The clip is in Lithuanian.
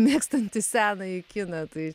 mėgstantį senąjį kiną tai